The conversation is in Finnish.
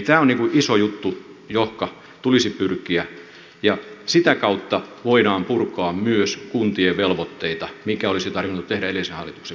tämä on iso juttu johonka tulisi pyrkiä ja sitä kautta voidaan purkaa myös kuntien velvoitteita mikä olisi tarvinnut tehdä jo edellisen hallituksen aikana